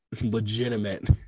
legitimate